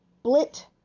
Split